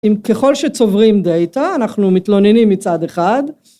אם ככל שצוברים דאטה אנחנו מתלוננים מצד אחד.